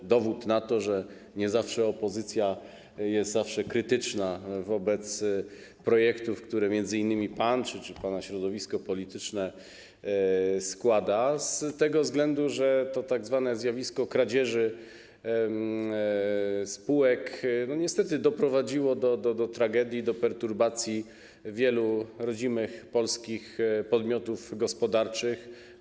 To dowód na to, że nie zawsze opozycja jest krytyczna wobec projektów, które m.in. pan czy pana środowisko polityczne składa, z tego względu, że tzw. zjawisko kradzieży spółek niestety doprowadziło do tragedii, do perturbacji wielu rodzimych, podmiotów gospodarczych.